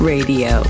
Radio